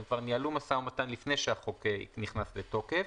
הם כבר ניהלו משא ומתן לפני שהחוק נכנס לתוקף